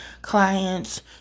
clients